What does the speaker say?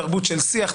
תרבות של שיח,